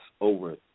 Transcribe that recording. over